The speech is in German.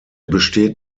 besteht